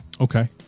Okay